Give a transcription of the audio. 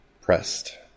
pressed